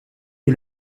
est